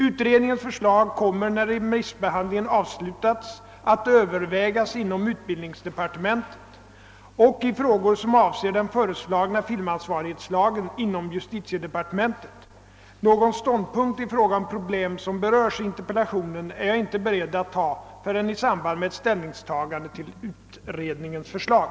Utredningens förslag kommer när remissbehandlingen avslutats att övervägas inom utbildningsdepartementet och, i frågor som avser den föreslagna filmansvarighetslagen, inom justitiedepartementet. Någon ståndpunkt i fråga om problem som berörs i interpellationen är jag inte beredd att ta förrän i samband med ett ställningstagande till utredningens förslag.